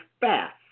fast